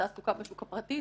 תעסוקה בשוק הפרטי,